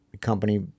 company